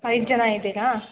ಐದು ಜನ ಇದ್ದೀರಾ